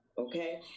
Okay